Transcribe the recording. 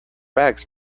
bags